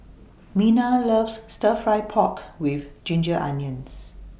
Minna loves Stir Fry Pork with Ginger Onions